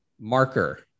marker